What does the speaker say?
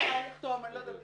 שהבעל יחתום, אני לא יודעת.